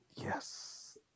Yes